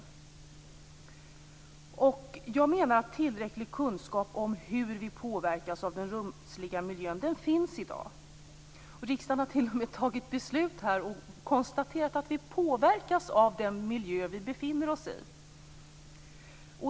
Jag menar att det i dag finns tillräcklig kunskap om hur vi påverkas av den rumsliga miljön. Riksdagen har t.o.m. tagit beslut här och konstaterat att vi påverkas av den miljö som vi befinner oss i.